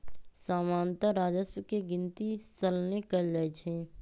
सामान्तः राजस्व के गिनति सलने कएल जाइ छइ